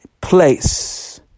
Place